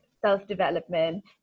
self-development